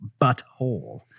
Butthole